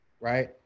Right